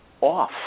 off